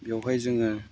बेवहाय जोङो